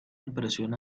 impresión